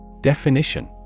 Definition